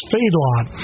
Feedlot